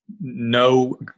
no